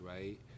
right